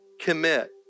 Commit